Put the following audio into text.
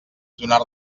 donar